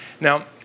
Now